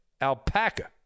alpaca